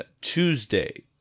Tuesday